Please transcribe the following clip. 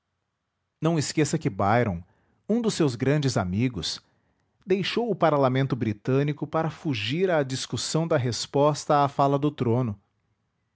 não esqueça que byron um dos seus grandes amigos deixou o parlamento britânico para fugir à discussão da resposta à fala do trono